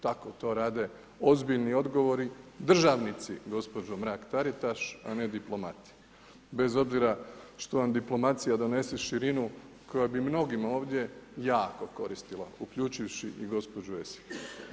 Tako to rade ozbiljni odgovorni državnici gospođo Mrak-Taritaš, a ne diplomati, bez obzira što vam diplomacija donese širinu koja bi mnogima ovdje jako koristila, uključivši i gospođu Esih.